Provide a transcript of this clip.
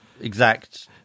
exact